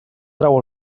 trau